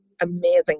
amazing